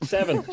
Seven